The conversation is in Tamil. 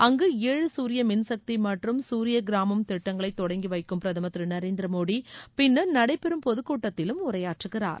அங்கு ஏழு சூரிய மின்சக்தி மற்றும் சூரிய கிராமம் திட்டங்களை தொடங்கி வைக்கும் பிரதமர் திரு நரேந்திர மோடி பின்னர் நடைபெறும் பொதுக் கூட்டத்திலும் உரையாற்றுகிறார்